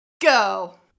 go